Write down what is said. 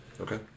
Okay